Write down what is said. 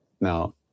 Now